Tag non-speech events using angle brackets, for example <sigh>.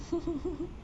<laughs>